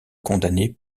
condamné